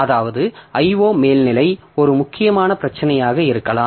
அதாவது IO மேல்நிலை ஒரு முக்கியமான பிரச்சினையாக இருக்கலாம்